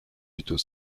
plutôt